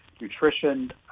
nutrition